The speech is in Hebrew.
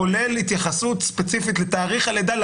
כולל התייחסות ספציפית לתאריך הלידה,